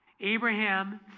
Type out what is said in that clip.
Abraham